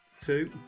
Two